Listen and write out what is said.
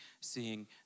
seeing